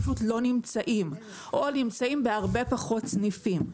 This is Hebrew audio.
פשוט לא נמצאים או נמצאים בהרבה פחות סניפים.